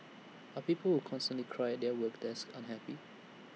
are people who constantly cry at their work desk unhappy